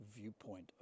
viewpoint